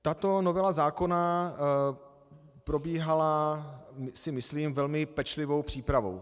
Tato novela zákona probíhala, myslím, velmi pečlivou přípravou.